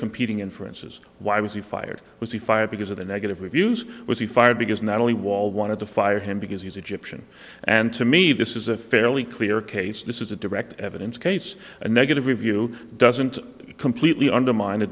competing inferences why was he fired was he fired because of the negative reviews was he fired because not only wall wanted to fire him because he's egyptian and to me this is a fairly clear case this is a direct evidence case a negative review doesn't completely undermine a